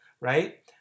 right